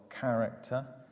character